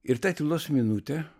ir ta tylos minute